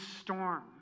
storm